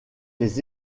les